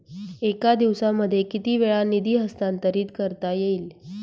एका दिवसामध्ये किती वेळा निधी हस्तांतरीत करता येईल?